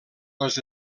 les